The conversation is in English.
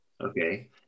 Okay